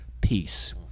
peace